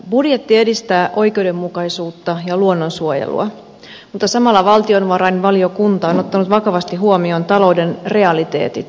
budjetti edistää oikeudenmukaisuutta ja luonnonsuojelua mutta samalla valtionvarainvaliokunta on ottanut vakavasti huomioon talouden realiteetit